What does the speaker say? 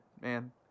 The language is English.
man